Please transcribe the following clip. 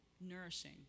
Nourishing